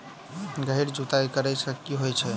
गहिर जुताई करैय सँ की होइ छै?